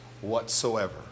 whatsoever